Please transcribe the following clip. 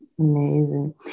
Amazing